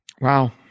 Wow